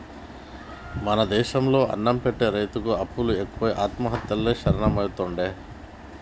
మన దేశం లో అన్నం పెట్టె రైతుకు అప్పులు ఎక్కువై ఆత్మహత్యలే శరణ్యమైతాండే